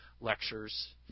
lectures